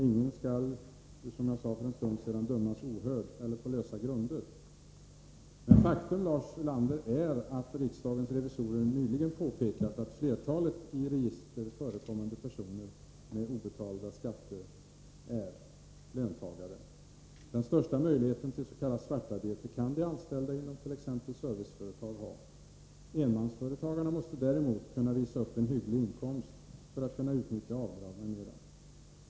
Ingen skall, som jag sade för en stund sedan, dömas ohörd eller på lösa grunder. Faktum är, Lars Ulander, att riksdagens revisorer nyligen påpekat att flertalet av dem som förekommer i registren över personer med obetalda skatter är löntagare. Den största möjligheten till s.k. svartarbete kan anställda inom t.ex. serviceföretag ha. Enmansföretagarna måste däremot kunna visa upp en hygglig inkomst för att kunna utnyttja avdrag m.m.